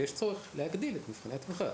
ויש צורך להגדיל את מבחני התמיכה,